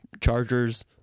Chargers